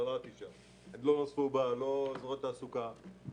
אזורי תעסוקה, לא נוספו לה אזורי מלאכה.